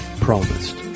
Promised